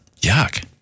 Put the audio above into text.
Yuck